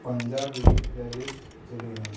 Punjabi playlist ᱪᱟᱹᱞᱩᱭ ᱢᱮ